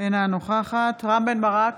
אינה נוכחת רם בן ברק,